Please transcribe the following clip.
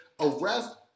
arrest